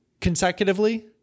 consecutively